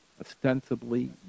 ostensibly